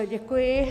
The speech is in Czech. Děkuji.